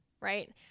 right